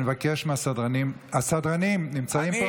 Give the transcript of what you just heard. אני מבקש מהסדרנים, הסדרנים נמצאים פה?